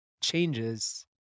changes